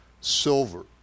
silver